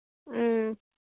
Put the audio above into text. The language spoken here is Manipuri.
ꯎꯝ